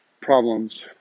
problems